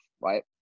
right